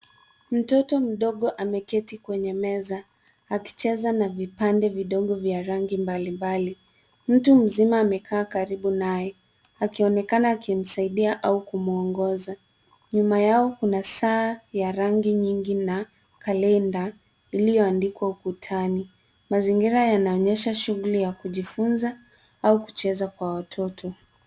Mtoto mdogo ameketi kwenye meza akicheza na vipande vidogo vya rangi mbalimbali. Mtu mzima amekaa karibu naye akionekana akimsaidia au kumwongoza. Nyuma yao kuna saa ya rangi nyingi na kalenda iliyoandikwa ukutani. Mazingira yanaonyesha shughuli ya kujifunza au kucheza kwa watoto.